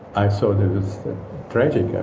i thought it was tragic. and